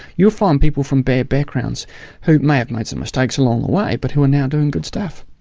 you'll find people from bad backgrounds who may have made some mistakes along the way, but who are now doing good stuff.